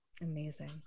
Amazing